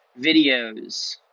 videos